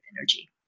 energy